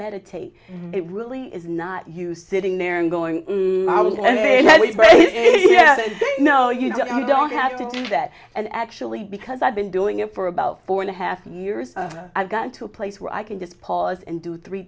meditate it really is not you sitting there and going no you don't have to do that and actually because i've been doing it for about four and a half years i've gotten to a place where i can just pause and do three